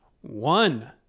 one